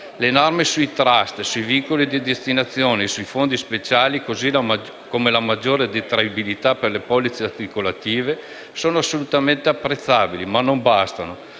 Le norme sui *trust*, sui vincoli di destinazione e sui fondi speciali, così come la maggiore detraibilità per le polizze assicurative, sono assolutamente apprezzabili, ma non bastano.